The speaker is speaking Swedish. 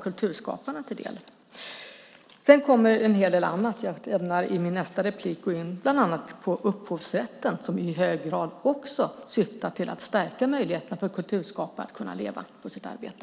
kulturskaparna till del. Sedan kommer en hel del annat. Jag ämnar i mitt nästa inlägg gå in bland annat på upphovsrätten som i hög grad också syftar till att stärka möjligheterna för kulturskaparna att kunna leva på sitt arbete.